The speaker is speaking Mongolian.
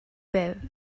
байв